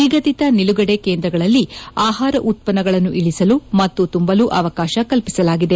ನಿಗದಿತ ನಿಲುಗಡೆ ಕೇಂದ್ರಗಳಲ್ಲಿ ಆಹಾರ ಉತ್ಪನ್ನಗಳನ್ನು ಇಳಿಸಲು ಮತ್ತು ತುಂಬಲು ಅವಕಾಶ ಕಲ್ಪಿಸಲಾಗಿದೆ